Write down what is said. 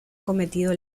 cometido